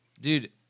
dude